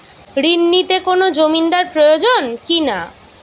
ঋণ নিতে কোনো জমিন্দার প্রয়োজন কি না?